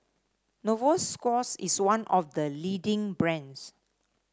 Novosource is one of the leading brands